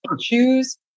choose